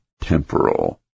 temporal